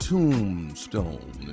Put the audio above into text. Tombstone